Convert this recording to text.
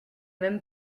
même